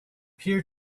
peer